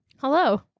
Hello